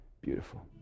beautiful